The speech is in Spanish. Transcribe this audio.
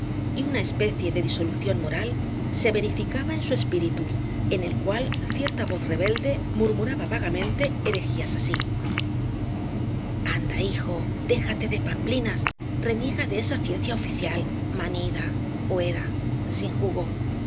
y una especie de disolución moral se verificaba en su espíritu en el cual cierta voz rebelde murmuraba vagamente herejías así anda hijo déjate de pamplinas reniega de esa ciencia oficial manida huera sin jugo